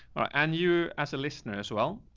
and you as a listener as well.